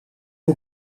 hoe